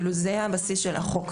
זה הבסיס של החוק.